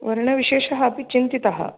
वर्णविशेषः अपि चिन्तितः